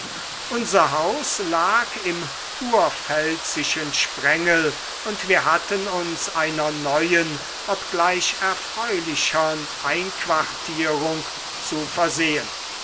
unser haus lag im kurpfälzischen sprengel und wir hatten uns einer neuen obgleich erfreulichern einquartierung zu versehen